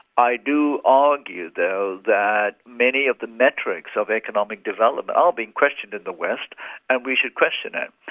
i do argue though that many of the metrics of economic development are being questioned in the west and we should question it.